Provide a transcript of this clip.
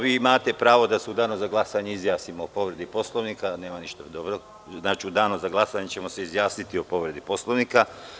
Vi imate pravo da se u danu za glasanje izjasnimo o povredi Poslovnika. (Borislav Stefanović, s mesta: Da, želim da se izjasnimo.) U danu za glasanje ćemo se izjasniti o povredi Poslovnika.